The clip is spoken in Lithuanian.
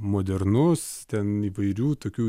modernus ten įvairių tokių